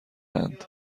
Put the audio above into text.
اند